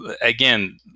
again